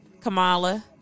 Kamala